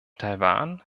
taiwan